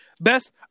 Best